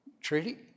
Treaty